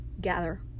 gather